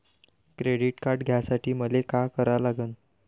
Credit card घ्यासाठी मले का करा लागन?